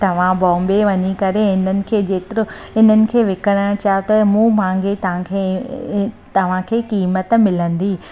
तव्हां बॉम्बे वञी करे हिनखे जेकर विकरण चायो त मुंहं मागी तव्हांखे तव्हांखे क़ीमत मिलंदी